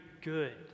good